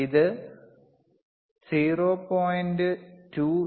ഇത് 0